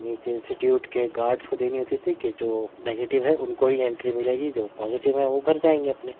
نیچے انسٹیٹیوٹ کے گارڈس کو دینی ہوتی تھی کہ جو نگیٹو ہے ان کو ہی انٹری ملے گی جو پوزیٹو ہیں وہ گھر جائیں گے اپنے